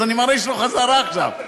אז אני מרעיש לו חזרה עכשיו.